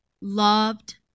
loved